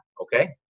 Okay